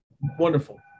wonderful